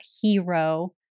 hero